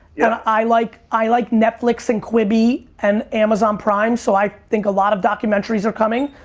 yeah i like i like netflix and quibi and amazon prime so i think a lot of documentaries are coming.